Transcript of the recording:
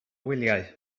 wyliau